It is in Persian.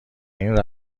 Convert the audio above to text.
این